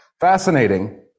Fascinating